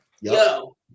Yo